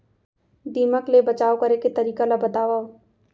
दीमक ले बचाव करे के तरीका ला बतावव?